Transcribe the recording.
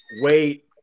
wait